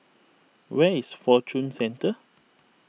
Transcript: where is Fortune Centre